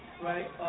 right